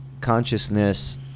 consciousness